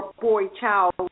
boy-child